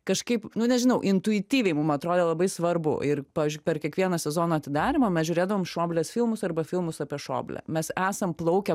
kažkaip nu nežinau intuityviai mum atrodė labai svarbu ir aš per kiekvieną sezono atidarymą mes žiūrėdavom šoblės filmus arba filmus apie šoblę mes esam plaukę